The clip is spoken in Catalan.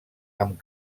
amb